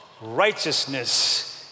righteousness